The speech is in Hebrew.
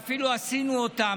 ואפילו עשינו אותם,